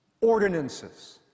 ordinances